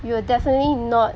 you will definitely not